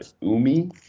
Umi